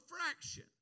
fraction